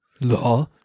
Law